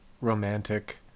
romantic